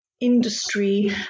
industry